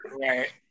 Right